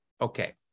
okay